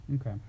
Okay